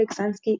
אלכס אנסקי,